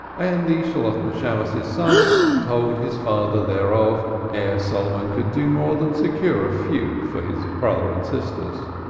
and the shalotten shammos's son told his father thereof ere solomon could do more than secure a few for his brother and sisters.